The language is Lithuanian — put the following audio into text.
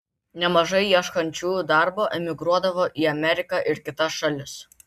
nemažai ieškančiųjų darbo emigruodavo į ameriką ir kitas šalis